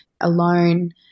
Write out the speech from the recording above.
alone